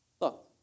Look